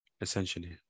essentially